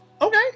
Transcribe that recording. Okay